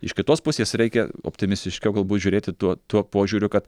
iš kitos pusės reikia optimistiškiau galbūt žiūrėti tuo tuo požiūriu kad